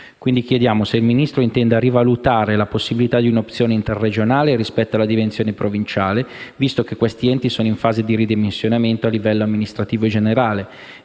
quindi se il Ministro intenda rivalutare la possibilità di un'opzione interregionale, rispetto alla dimensione provinciale, visto che questi enti sono in fase di ridimensionamento a livello amministrativo generale